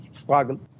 struggle